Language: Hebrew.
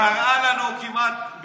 קראה לנו כמעט,